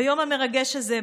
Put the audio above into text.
ביום המרגש הזה,